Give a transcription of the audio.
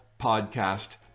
podcast